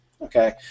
Okay